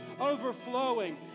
overflowing